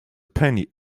penny